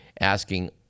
asking